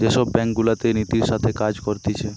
যে সব ব্যাঙ্ক গুলাতে নীতির সাথে কাজ করতিছে